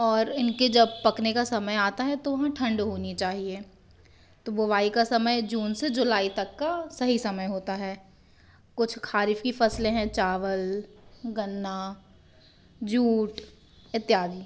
और इनके जब पकाने का समय आता है तो वहाँ ठंड होनी चाहिए तो बुआई का समय जून से जुलाई तक का सही समय होता है कुछ खारीफ़ की फसलें हैं चावल गन्ना जूट इत्यादि